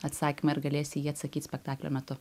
atsakymą ir galės į jį atsakyt spektaklio metu